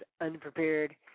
Unprepared